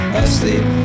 asleep